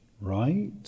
right